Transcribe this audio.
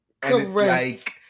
Correct